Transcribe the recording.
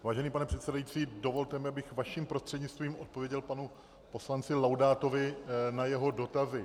Vážený pane předsedající, dovolte mi, abych vaším prostřednictvím odpověděl panu poslanci Laudátovi na jeho dotazy.